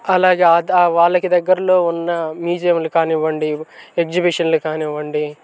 అలాగా వాళ్ళకి దగ్గరలో ఉన్న మ్యూజియంలు కానివ్వండి ఎగ్జిబిషన్లు కానివ్వండి